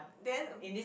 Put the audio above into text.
then